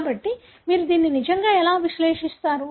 కాబట్టి మీరు దీన్ని నిజంగా ఎలా విశ్లేషిస్తారు